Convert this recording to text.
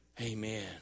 Amen